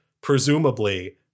presumably